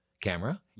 camera